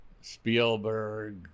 Spielberg